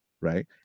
right